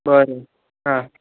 बरं हां